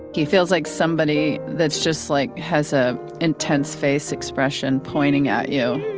he feels like somebody that's just like has a intense face expression pointing at you.